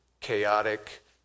chaotic